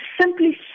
simply